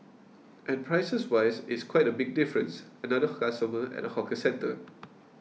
and prices wise it's quite a big difference another customer at a hawker centre